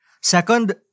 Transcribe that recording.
Second